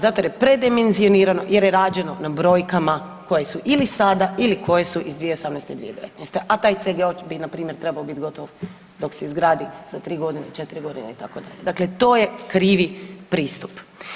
Zato jer je predimenzioniran jer je rađeno na brojkama koje su ili sada ili koje su iz 2018. i 2019., a taj CGO bi npr. trebao biti gotov dok se izgradi za 3.g., 4.g. itd., dakle to je krivi pristup.